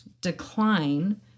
decline